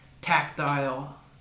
tactile